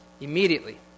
Immediately